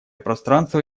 пространство